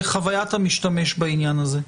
חווית המשתמש בעניין הזה.